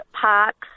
parks